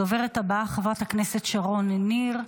הדוברת הבאה, חברת הכנסת שרון ניר.